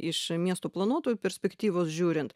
iš miesto planuotojų perspektyvos žiūrint